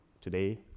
today